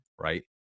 right